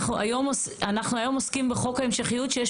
אנחנו היום עוסקים בחוק ההמשכיות כשיש